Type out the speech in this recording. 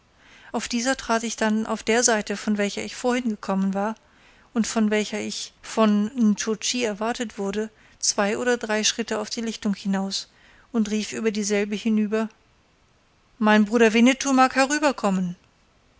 auf dieser trat ich dann auf der seite von welcher ich vorhin gekommen war und von welcher ich von nscho tschi erwartet wurde zwei oder drei schritte auf die lichtung hinaus und rief über dieselbe hinüber mein bruder winnetou mag herüberkommen